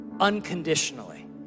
Unconditionally